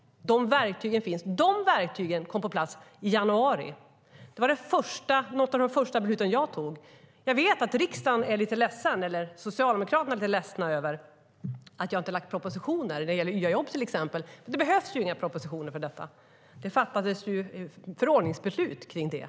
De verktygen finns. Och de kom på plats i januari. Det var några av de första beslut som jag tog. Jag vet att Socialdemokraterna är lite ledsna över att jag inte har lagt några propositioner till exempel när det gäller YA-jobb. Men det behövs inga propositioner för det. Det fattades ett förordningsbeslut kring det.